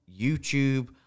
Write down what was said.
youtube